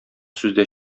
сүздә